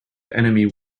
enemy